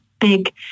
big